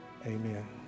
Amen